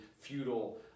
feudal